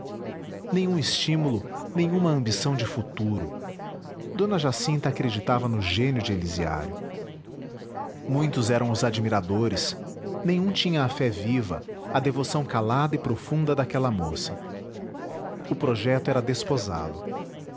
nenhum estímulo nenhuma ambição de futuro d jacinta acreditava no gênio de elisiário muitos eram os admiradores nenhum tinha a fé viva a devoção calada e profunda daquela moça o projeto era